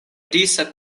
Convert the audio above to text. disa